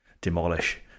demolish